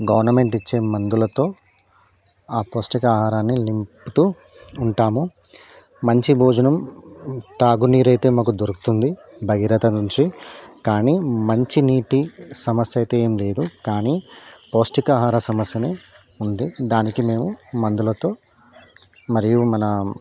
government ఇచ్చే మందులతో ఆ పౌష్టికాహారాన్ని నింపుతూ ఉంటాము మంచి భోజనం తాగునీరు అయితే మాకు దొరుకుతుంది భగీరథ నుంచి కానీ మంచి నీటి సమస్య అయితే ఏం లేదు కానీ పౌష్టికాహార సమస్యని ఉంది దానికి మేము మందులతో మరియు మన